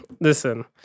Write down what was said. listen